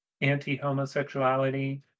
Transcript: anti-homosexuality